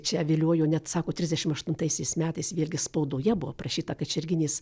čia viliojo net sako trisdešim aštuntaisiais metais vėlgi spaudoje buvo aprašyta kačerginės